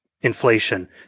inflation